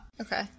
Okay